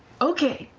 okay.